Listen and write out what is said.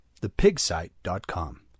thepigsite.com